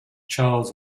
charles